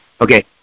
okay